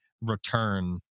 return